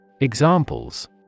Examples